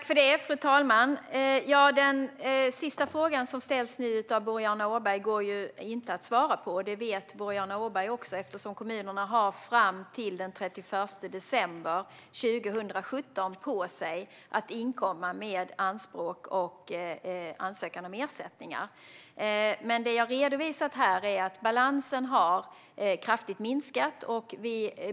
Fru talman! Den avslutande frågan från Boriana Åberg går det inte att svara på. Det vet Boriana Åberg också, eftersom kommunerna har fram till den 31 december 2017 på sig att inkomma med anspråk och ansökningar om ersättning. Det jag har redovisat här är att balansen kraftigt har minskat.